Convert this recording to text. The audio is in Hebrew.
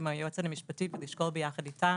עם היועצת המשפטית, לשקול ביחד איתה